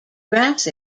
grass